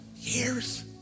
years